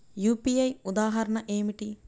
UPI ఉదాహరణ ఏమిటి?